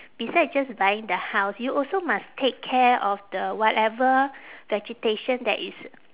besides just buying the house you also must take care of the whatever vegetation that is